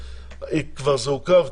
זה כבר עוכב,